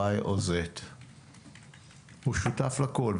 Y או Z. הוא שותף לכל.